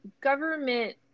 government